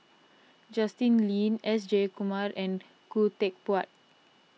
Justin Lean S Jayakumar and Khoo Teck Puat